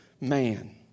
man